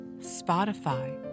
Spotify